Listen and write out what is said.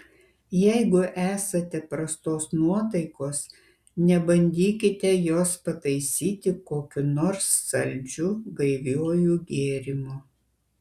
jeigu esate prastos nuotaikos nebandykite jos pataisyti kokiu nors saldžiu gaiviuoju gėrimu